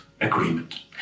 agreement